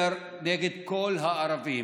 אלא נגד כל הערבים.